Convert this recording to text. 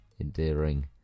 endearing